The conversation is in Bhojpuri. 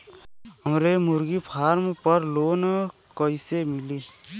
हमरे मुर्गी फार्म पर लोन कइसे मिली?